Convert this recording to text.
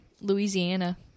Louisiana